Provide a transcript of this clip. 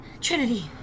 Trinity